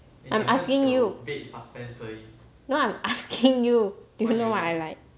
I'm asking you now I'm asking you if know what I like